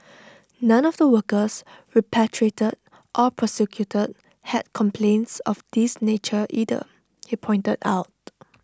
none of the workers repatriated or prosecuted had complaints of this nature either he pointed out